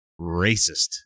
racist